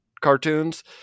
cartoons